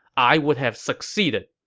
i would have succeeded.